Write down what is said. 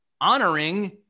honoring